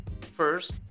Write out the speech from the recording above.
first